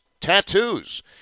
tattoos